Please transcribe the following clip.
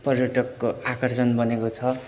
पर्यटकको आकर्षण बनेको छ